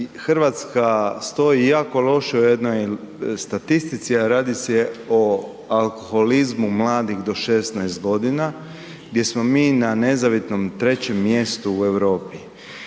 da RH stoji jako loše u jednoj statistici, a radi se o alkoholizmu mladih do 16.g. gdje smo mi na nezavidnom 3. mjestu u Europi.